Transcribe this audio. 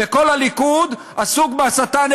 וכל הליכוד עסוק בהסתה.